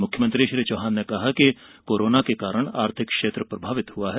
मुख्यमंत्री श्री चौहान ने कहा कि कोरोना के कारण आर्थिक क्षेत्र प्रभावित हुआ है